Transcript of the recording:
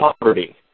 poverty